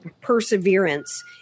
perseverance